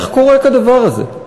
איך קורה כדבר הזה?